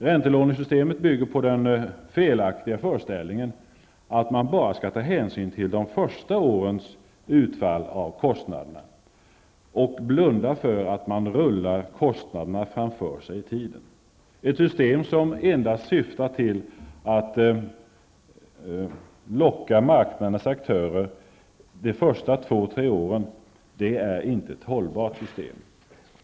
Räntelånesystemet bygger på den felaktiga föreställningen att man bara skall ta hänsyn till de första årens kostnadsutfall och blunda för att man rullar kostnaderna framför sig i tiden. Ett system som endast syftar till att locka marknadens aktörer under de första två tre åren -- det är inte ett hållbart system.